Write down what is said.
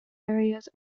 areas